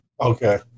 Okay